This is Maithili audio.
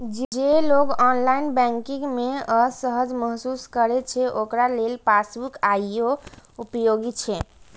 जे लोग ऑनलाइन बैंकिंग मे असहज महसूस करै छै, ओकरा लेल पासबुक आइयो उपयोगी छै